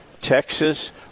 Texas